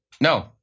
no